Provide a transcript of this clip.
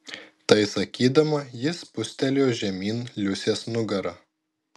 tai sakydama ji spustelėjo žemyn liusės nugarą